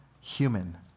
human